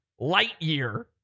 Lightyear